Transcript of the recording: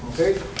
okay